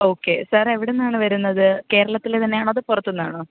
okay sir എവിടെ നിന്നാാണ് വരുന്നത് കേരളത്തിൽ തന്നെയാണോ അതോ പുറത്തു നിന്നാണോ